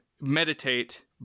meditate